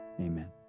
amen